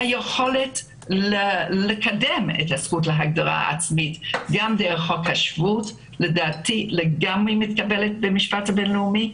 היכולת לקדם זכות זו גם דרך חוק השבות מתקבלת במשפט הבינלאומי,